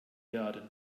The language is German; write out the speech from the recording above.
werden